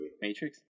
Matrix